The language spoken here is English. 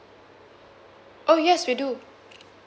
oh yes we do